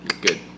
Good